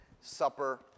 Supper